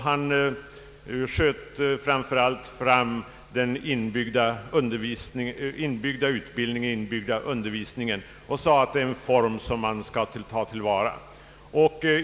Han framhöll att den inbyggda undervisningen är en form som man bör utveckla och stödja.